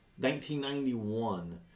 1991